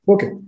Okay